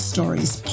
Stories